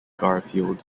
garfield